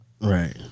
right